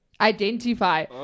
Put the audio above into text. identify